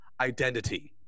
identity